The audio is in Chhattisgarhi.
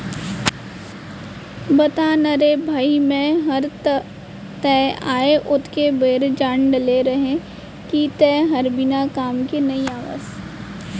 बता ना रे भई मैं हर तो तैं आय ओतके बेर जान डारे रहेव कि तैं हर बिना काम के नइ आवस